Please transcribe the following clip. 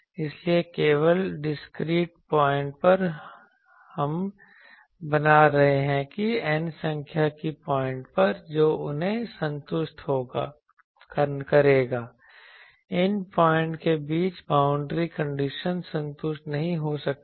इसलिए केवल discrete point पर हम बना रहे हैं कि n संख्या की पॉइंट पर जो उन्हें संतुष्ट करेगा इन पॉइंट के बीच बाउंड्री कंडीशन संतुष्ट नहीं हो सकती है